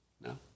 No